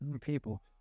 People